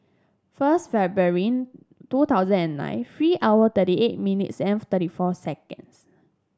first February two thousand and nine three hour thirty eight minutes and thirty four seconds